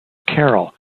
carroll